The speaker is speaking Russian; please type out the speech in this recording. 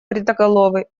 бритоголовый